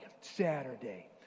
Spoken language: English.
Saturday